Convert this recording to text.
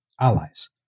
allies